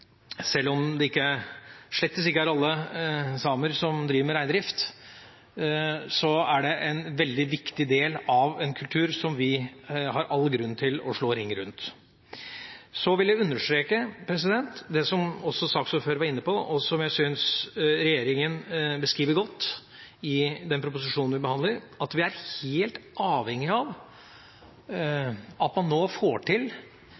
Selv om det slettes ikke er alle samer som driver med reindrift, er det en veldig viktig del av en kultur som vi har all grunn til å slå ring rundt. Så vil jeg understreke det som også saksordføreren var inne på, og som jeg syns regjeringa beskriver godt i den proposisjonen vi behandler, at vi er helt avhengige av at man nå får til